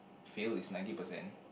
fail is ninety percent